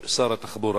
שר התחבורה,